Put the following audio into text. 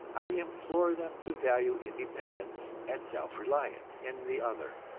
i implore them to value independence and self-reliance in the other,